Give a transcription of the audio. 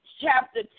chapter